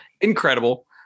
incredible